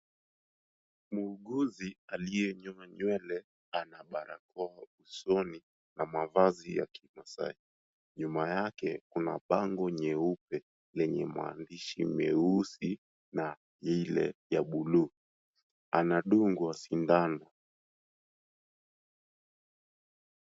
Muuguzi aliyenyoa nywele, ana barakoa usoni na mavazi ya kimaasai. Nyuma yake kuna bango nyeupe lenye maandishi meusi na ile ya buluu, anadungwa sindano.